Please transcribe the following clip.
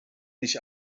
nicht